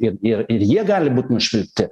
ir ir ir jie gali būt nušvilpti